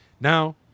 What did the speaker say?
Now